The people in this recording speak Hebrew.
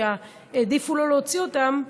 כי העדיפו שלא להוציא אותם,